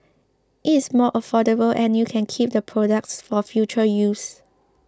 it is more affordable and you can keep the products for future use